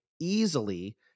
easily